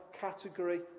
category